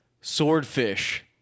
Swordfish